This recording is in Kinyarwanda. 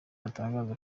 atangaza